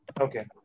Okay